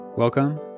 Welcome